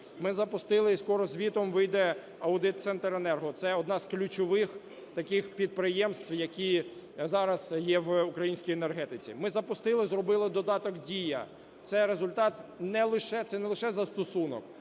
Ми запустили і скоро звітом вийде аудит "Центренерго", це одне з ключових таких підприємств, які зараз є в українській енергетиці. Ми запустили і зробили додаток "Дія". Це результат не лише, це не лише застосунок,